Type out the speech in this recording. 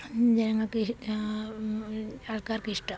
ജനങ്ങൾക്ക് ആൾക്കാർക്കിഷ്ടം